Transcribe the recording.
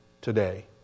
today